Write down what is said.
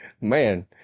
Man